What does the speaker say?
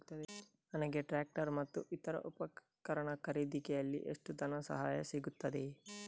ನನಗೆ ಟ್ರ್ಯಾಕ್ಟರ್ ಮತ್ತು ಇತರ ಉಪಕರಣ ಖರೀದಿಸಲಿಕ್ಕೆ ಎಷ್ಟು ಧನಸಹಾಯ ಸಿಗುತ್ತದೆ?